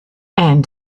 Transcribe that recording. and